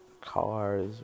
cars